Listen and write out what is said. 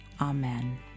Amen